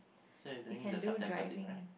so you're doing the September thing right